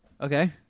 Okay